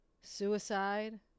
Suicide